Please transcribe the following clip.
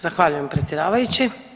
Zahvaljujem predsjedavajući.